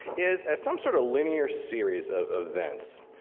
is as some sort of linear series of events.